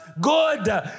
Good